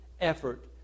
effort